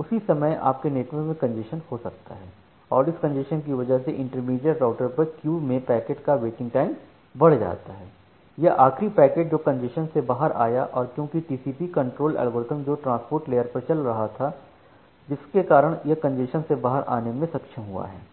उसी समय आपके नेटवर्क में कंजेशन हो सकता है और इस कंजेशन की वजह से इंटरमीडिएट राउटर पर क्यू में पैकेट का वेटिंग टाइम बढ़ जाता है यह आखिरी पैकेट जो कंजेशन से बाहर आया और क्योंकि टीसीपीकंजेशन कंट्रोल एल्गोरिथम जो ट्रांसपोर्ट लेयरपर चल रहा था उसके ही कारण यह कंजेशन से बाहर आने में सक्षम हुआ है